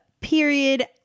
period